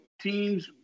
teams